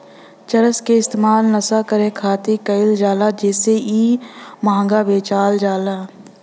चरस के इस्तेमाल नशा करे खातिर कईल जाला जेसे इ महंगा बेचल जाला